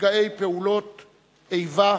נפגעי פעולות איבה,